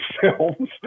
films